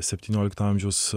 septyniolikto amžiaus